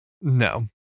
No